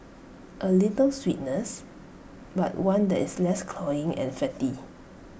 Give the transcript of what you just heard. A little sweetness but one that is less cloying and fatty